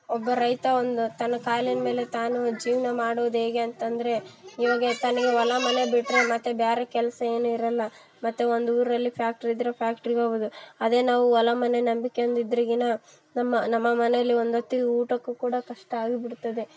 ಒಬ್ಬ ರೈತ ಒಂದು ತನ್ನ ಕಾಲಿನ ಮೇಲೆ ತಾನು ಜೀವನ ಮಾಡೋದು ಹೇಗೆ ಅಂತಂದರೆ ಇವಾಗ ತನಗೆ ಹೊಲ ಮನೆ ಬಿಟ್ಟರೆ ಮತ್ತೆ ಬೇರೆ ಕೆಲಸ ಏನಿರಲ್ಲ ಮತ್ತು ಒಂದು ಊರಲ್ಲಿ ಫ್ಯಾಕ್ಟ್ರಿ ಇದ್ರೆ ಫ್ಯಾಕ್ಟ್ರಿಗೆ ಹೋಗೋದು ಅದೇ ನಾವು ಹೊಲ ಮನೆ ನಂಬಿಕ್ಯಂಡ್ ಇದ್ರೆಗಿನ ನಮ್ಮ ನಮ್ಮ ಮನೇಲಿ ಒಂದು ಹೊತ್ತಿಗೆ ಊಟಕ್ಕೂ ಕೂಡ ಕಷ್ಟ ಆಗಿಬಿಡ್ತದೆ